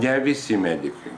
ne visi medikai